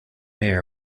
air